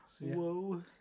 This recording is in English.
whoa